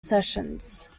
sessions